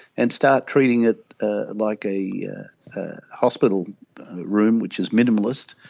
and start treating it ah like a yeah hospital room, which is minimalist.